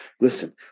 Listen